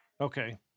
Okay